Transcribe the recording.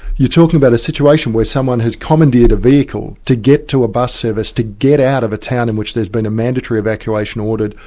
you're talking about a situation where someone has commandeered a vehicle to get to a bus service, to get out of the town in which there's been a mandatory evacuation ordered,